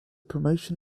promotion